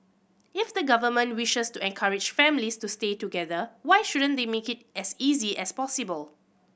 if the government wishes to encourage families to stay together why shouldn't they make it as easy as possible